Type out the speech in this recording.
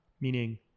Meaning